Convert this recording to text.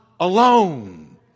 alone